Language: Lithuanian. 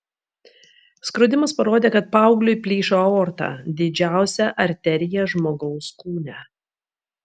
skrodimas parodė kad paaugliui plyšo aorta didžiausia arterija žmogaus kūne